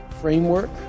framework